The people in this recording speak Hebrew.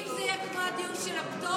אם זה יהיה כמו הדיון של הפטור,